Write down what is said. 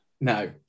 No